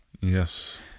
Yes